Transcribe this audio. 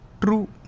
true